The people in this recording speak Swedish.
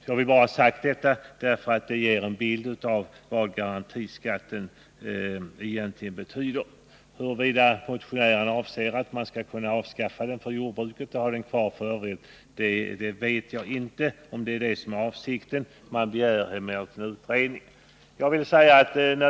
Jag vill ha sagt detta, för det ger en bild av vad garantiskatten betyder. Jag vet inte om det är motionärens avsikt att man skall avskaffa den för jordbruket och ha den kvar för övriga. Motionären begär en utredning.